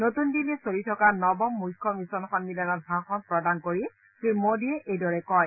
নতুন দিল্লীত চলি থকা নৱম মুখ্য মিচন সম্মিলনত ভাষণ প্ৰদান কৰি শ্ৰী মোডীয়ে এইদৰে কয়